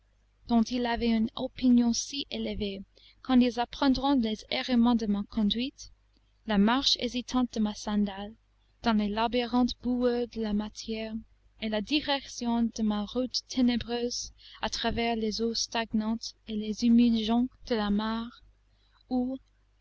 dont ils avaient une opinion si élevée quand ils apprendront les errements de ma conduite la marche hésitante de ma sandale dans les labyrinthes boueux de la matière et la direction de ma route ténébreuse à travers les eaux stagnantes et les humides joncs de la mare où